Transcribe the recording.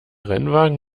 rennwagen